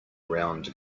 round